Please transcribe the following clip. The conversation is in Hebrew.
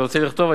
אתה רוצה לכתוב?